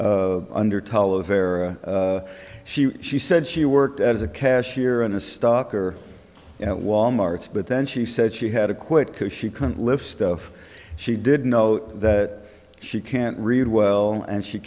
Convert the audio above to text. vera she she said she worked as a cashier in a stock or at wal mart's but then she said she had to quit because she couldn't lift stuff she didn't know that she can't read well and she